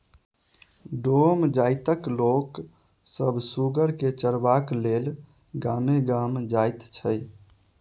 डोम जाइतक लोक सभ सुगर के चरयबाक लेल गामे गाम जाइत छै